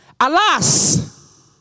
Alas